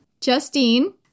Justine